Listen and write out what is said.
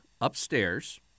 upstairs